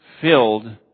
filled